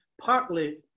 partly